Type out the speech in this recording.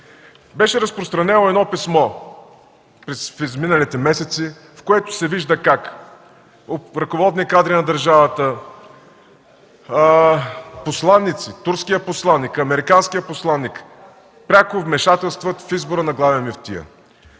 беше разпространено писмо, в което се вижда как ръководни кадри на държавата, посланици – турският посланик, американският посланик, пряко вмешателстват в избора на главен мюфтия.